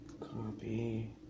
copy